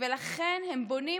ולכן הם בונים,